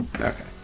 Okay